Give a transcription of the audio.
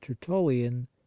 tertullian